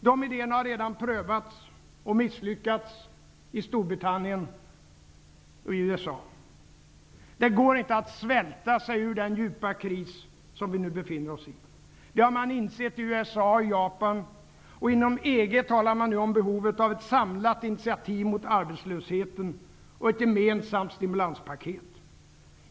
De idéerna har redan prövats och misslyckats i Storbritannien och i USA. Det går inte att svälta sig ur den djupa kris som vi nu befinner oss i. Det har man insett i USA och i Japan, och inom EG talar man nu om behovet av ett samlat initiativ mot arbetslösheten och ett gemensamt stimulanspaket.